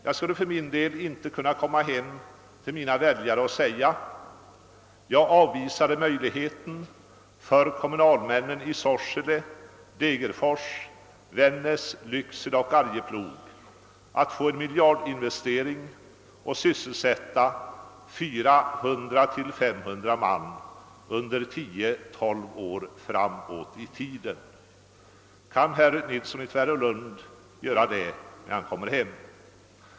Jag skulle för min del inte kunna komma hem till mina väljare och säga: Jag avvisade möjligheten för kommunalmännen i Sorsele, Degerfors, Vännäs, Lycksele och Arjeplog att få en miijardinvestering och sysselsättning för 400—500 man under tio å tolv år framåt i tiden. Kan herr Nilsson i Tvärålund göra det när han kommer hem?